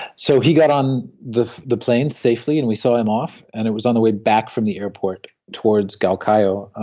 so he got on the the plane safely, and we saw him off, and it was on the way back from the airport towards galkayo,